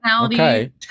Okay